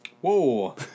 Whoa